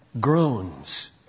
groans